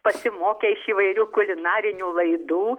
pasimokę iš įvairių kulinarinių laidų